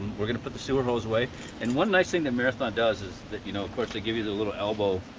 we're gonna put the sewer hose away and one nice thing that marathon does, is that you know of course, they give you the little elbow.